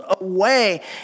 away